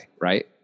Right